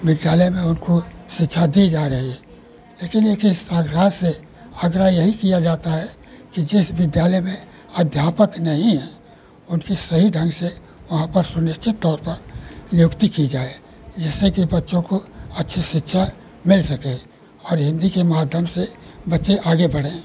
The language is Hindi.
विद्यालय में उनको शिक्षा दी जा रही है लेकिन एक इस धारणा से हर हजरा यही किया जाता है कि जिस विद्यालय में अध्यापक नहीं है उनकी सही ढंग से वहाँ पर सुनिश्चित तौर पर नियुक्ति की जाए जिससे कि बच्चों को अच्छी शिक्षा मिल सके और हिन्दी के माध्यम से बच्चे आगे बढ़ें